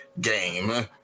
game